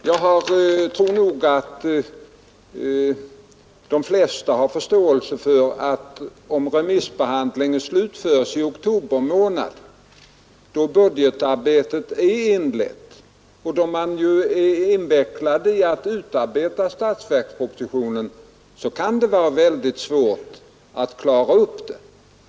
Jag tror nog att de flesta har förståelse för att det, om remissbehandlingen slutförs i oktober månad, då budgetarbetet har inletts och då man är i färd med att utarbeta statsverkspropositionen, kan vara mycket svårt att få med frågan i denna.